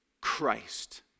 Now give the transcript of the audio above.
Christ